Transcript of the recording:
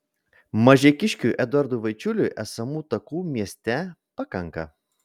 mažeikiškiui eduardui vaičiuliui esamų takų mieste pakanka